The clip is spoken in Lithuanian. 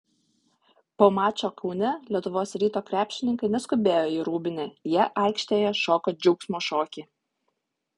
po mačo kaune lietuvos ryto krepšininkai neskubėjo į rūbinę jie aikštėje šoko džiaugsmo šokį